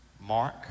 mark